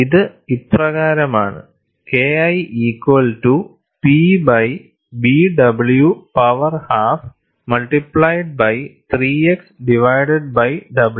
ഇത് ഇപ്രകാരമാണ് KI equal to P by B w power half multiplied by 3x divided w